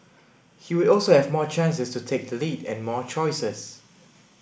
he would also have more chances to take the lead and more choices